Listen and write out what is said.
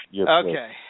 Okay